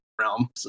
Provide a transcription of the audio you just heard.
realm